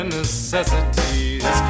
necessities